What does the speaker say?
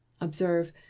observe